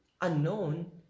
unknown